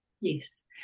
Yes